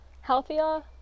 healthier